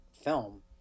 film